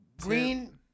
Green